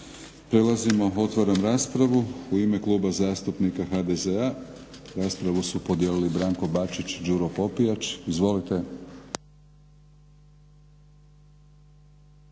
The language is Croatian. tijela? Ne. Otvaram raspravu. U ime Kluba zastupnika HDZ-a raspravu su podijelili Branko Bačić i Đuro Popijač. Izvolite.